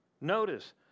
Notice